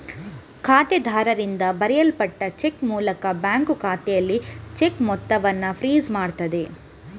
ಖಾತೆದಾರರಿಂದ ಬರೆಯಲ್ಪಟ್ಟ ಚೆಕ್ ಮೂಲಕ ಬ್ಯಾಂಕು ಖಾತೆಯಲ್ಲಿ ಚೆಕ್ ಮೊತ್ತವನ್ನ ಫ್ರೀಜ್ ಮಾಡ್ತದೆ